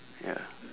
ya